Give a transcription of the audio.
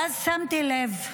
ואז שמתי לב,